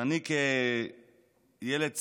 ואני כילד צעיר,